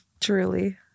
Truly